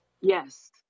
Yes